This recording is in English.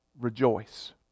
rejoice